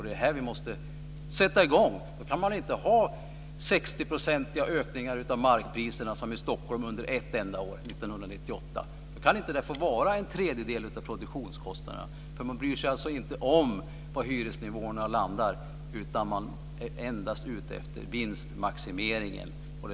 Det är här vi måste sätta i gång. Man bryr sig inte om var hyresnivåerna landar, utan man är endast ute efter vinstmaximeringen.